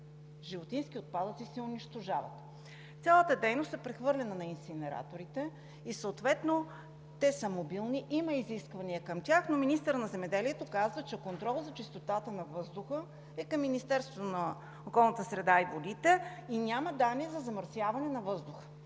животински отпадъци се унищожават. Цялата дейност е прехвърлена на инсинераторите, съответно те са мобилни, има изисквания към тях, но министърът на земеделието казва, че контролът за чистотата на въздуха е към Министерството на околната среда и водите и няма данни за замърсяване на въздуха.